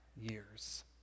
years